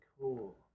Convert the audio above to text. cool